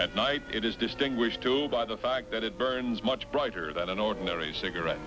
at night it is distinguished by the fact that it burns much brighter than an ordinary cigarette